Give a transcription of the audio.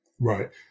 Right